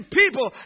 people